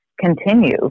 continue